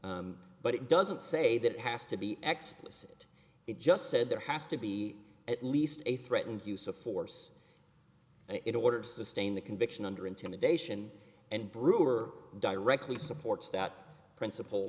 implicit but it doesn't say that it has to be explicit it just said there has to be at least a threatened use of force in order to sustain the conviction under intimidation and brewer directly supports that principle